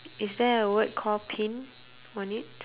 is there a word called pin on it